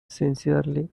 sincerely